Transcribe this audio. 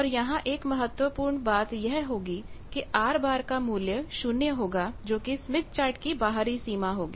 और यहां एक महत्वपूर्ण बात यह होगी कि R का मूल्य शून्य होगा जो कि स्मिथ चार्ट की बाहरी सीमा होगी